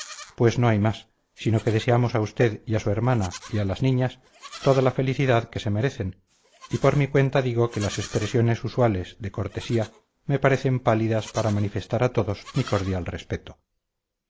pues no hay más sino que deseamos a usted y a su hermana y las niñas toda la felicidad que se merecen y por mi cuenta digo que las expresiones usuales de cortesía me parecen pálidas para manifestar a todos mi cordial respeto